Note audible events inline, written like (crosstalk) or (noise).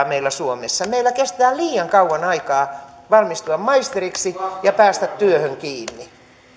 (unintelligible) meillä suomessa meillä kestää liian kauan aikaa valmistua maisteriksi ja päästä työhön kiinni